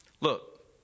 Look